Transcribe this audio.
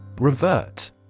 Revert